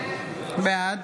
בעד